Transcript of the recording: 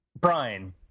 brian